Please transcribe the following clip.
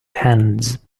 hands